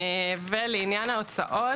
ולעניין ההוצאות